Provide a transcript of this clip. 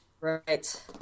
Right